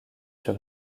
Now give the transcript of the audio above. sur